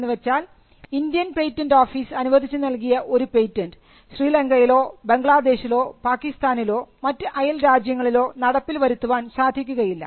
എന്നുവെച്ചാൽ Indian patent office അനുവദിച്ചു നൽകിയ ഒരു പേറ്റന്റ് ശ്രീലങ്കയിലോ ബംഗ്ലാദേശിലോ പാകിസ്ഥാനിലോ മറ്റ് അയൽരാജ്യങ്ങളിലോ നടപ്പിൽ വരുത്തുവാൻ സാധിക്കുകയില്ല